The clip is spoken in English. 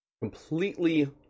completely